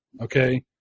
Okay